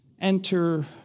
enter